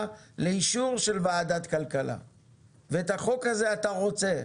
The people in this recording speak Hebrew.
לאישור של ועדת הכלכלה ואת החוק הזה אתה רוצה.